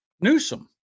Newsom